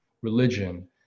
Religion